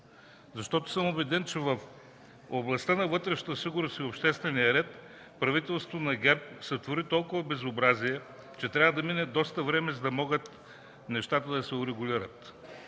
Защото съм убеден, че в областта на вътрешната сигурност и обществения ред, правителството на ГЕРБ сътвори толкова безобразия, че трябва да мине доста време, за да могат нещата да се урегулират.